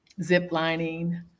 ziplining